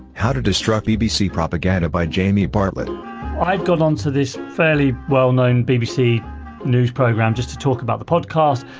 how to disrupt bbc propaganda by jamie bartlett i got onto this fairly well-known bbc news program just to talk about the podcast.